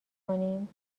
کنین